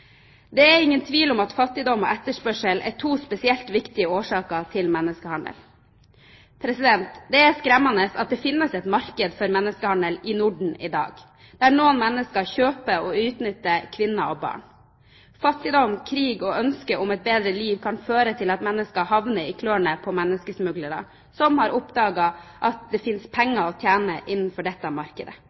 Det er ingen tvil om at fattigdom og etterspørsel er to spesielt viktige årsaker til menneskehandel. Det er skremmende at det finnes et marked for menneskehandel i Norden i dag, der noen mennesker kjøper og utnytter kvinner og barn. Fattigdom, krig og ønsket om et bedre liv kan føre til at mennesker havner i klørne på menneskesmuglere, som har oppdaget at det finnes penger å tjene innenfor dette markedet.